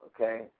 Okay